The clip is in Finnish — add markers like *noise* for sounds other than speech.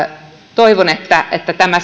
toivon että että tämä *unintelligible*